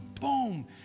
Boom